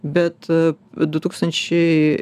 bet du tūkstančiai